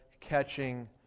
catching